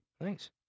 Thanks